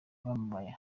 bamubaye